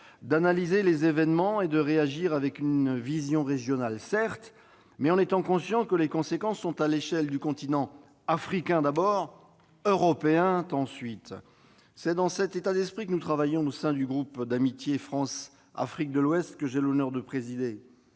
d'analyser les événements et de réagir, certes avec une vision régionale, mais aussi en étant conscient que les conséquences se feront sentir au niveau du continent africain, d'abord, européen, ensuite. C'est dans cet état d'esprit que nous travaillons au sein du groupe d'amitié sénatorial France-Afrique de l'Ouest que j'ai l'honneur de présider.